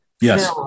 yes